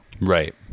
Right